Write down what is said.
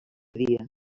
dia